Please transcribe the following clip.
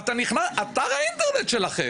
אתר האינטרנט שלכם,